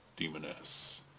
Demoness